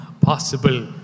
possible